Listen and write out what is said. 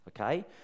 Okay